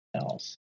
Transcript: else